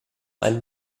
ein